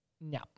No